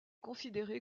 considéré